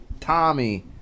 Tommy